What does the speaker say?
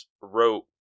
wrote